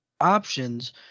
options